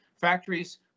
factories